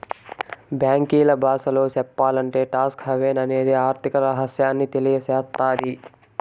బ్యాంకీల బాసలో సెప్పాలంటే టాక్స్ హావెన్ అనేది ఆర్థిక రహస్యాన్ని తెలియసేత్తది